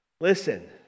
Listen